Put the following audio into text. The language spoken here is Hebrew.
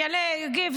אני אעלה ואגיב.